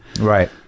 Right